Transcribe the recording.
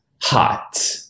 hot